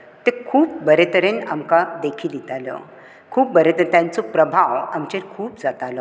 ते खूब बरे तरेन आमकां देखी दिताल्यो खूब बरें तरेन तांचो प्रभाव आमचेर खूब जातालो